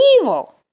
evil